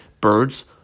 birds